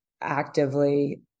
actively